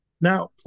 Now